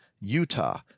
Utah